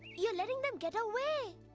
you're letting them get away!